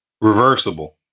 reversible